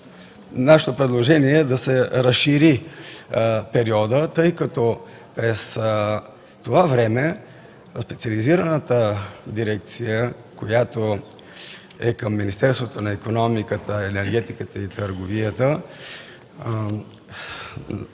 нашето предложение е да се разшири периодът, тъй като през това време специализираната дирекция, която е към Министерството на икономиката, енергетиката и туризма